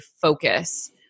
focus